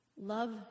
Love